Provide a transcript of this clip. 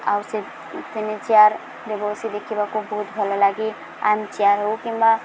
ଆଉ ସେ ଚେୟାର୍ରେ ବସି ଦେଖିବାକୁ ବହୁତ ଭଲ ଲାଗେ ଆରାମ୍ ଚେୟାର ହେଉ କିମ୍ବା